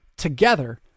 together